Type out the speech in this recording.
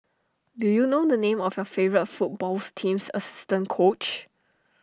do you know the name of your favourite footballs team's assistant coach